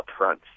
upfront